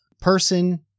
person